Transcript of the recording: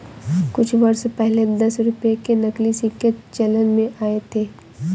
कुछ वर्ष पहले दस रुपये के नकली सिक्के चलन में आये थे